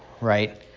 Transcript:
right